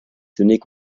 tenaient